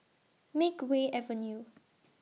Makeway Avenue